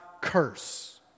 curse